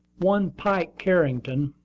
one pike carrington,